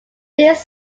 this